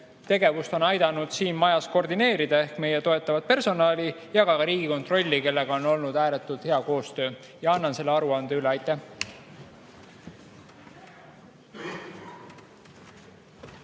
tegevust on aidanud siin majas koordineerida, ehk meie toetavat personali ja ka Riigikontrolli, kellega on olnud ääretult hea koostöö. Ja annan selle aruande üle. Aitäh!